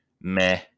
meh